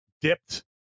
dipped